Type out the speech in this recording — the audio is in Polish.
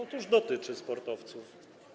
Otóż dotyczy sportowców.